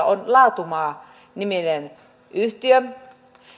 on laatumaa niminen yhtiö